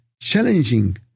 challenging